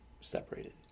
separated